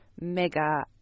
mega